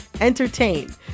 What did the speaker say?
entertain